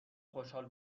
خشحال